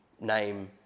name